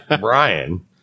Brian